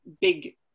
big